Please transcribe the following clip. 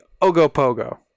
Ogopogo